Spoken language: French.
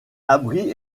abri